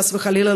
חס וחלילה,